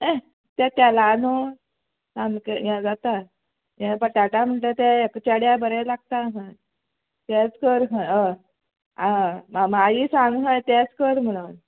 हें तें तेला न्हू सामकें हें जाता हे बटाटा म्हणटगी ते एक चेड्या बरें लागता खंय तेंच कर खंय हय म्हाका आई सांग खंय तेंच कर म्हणोन